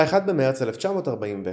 ב-1 במרץ 1941,